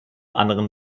anderen